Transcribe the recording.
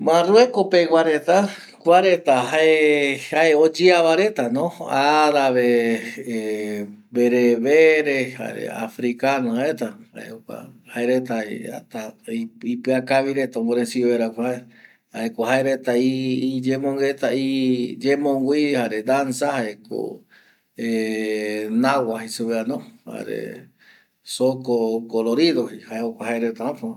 Marrueko pegua reta kua reta jae, jae oyea va reta no arabe, berebere jare africano reta jae reta jata ipia kavi reta omoresive vaera mbae jaeko jae reta iyemongueta, iyemongui jare danza jaeko nagua jei supe va no jare soko kolorido jae jokua jae reta apo